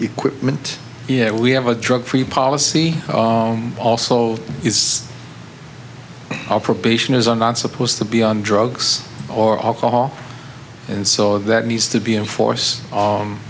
equipment yet we have a drug free policy also is a probation is i'm not supposed to be on drugs or alcohol and so that needs to be in force